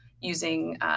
using